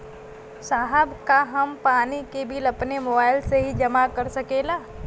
साहब का हम पानी के बिल अपने मोबाइल से ही जमा कर सकेला?